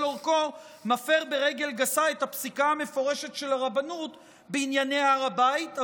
אורכו מפר ברגל גסה את הפסיקה המפורשת של הרבנות בענייני הר הבית,